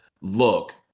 look